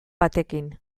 batekin